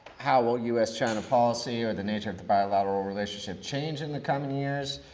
how will u s. china policy or the nature the bilateral relationship change in the coming years.